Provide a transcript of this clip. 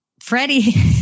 freddie